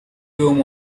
whom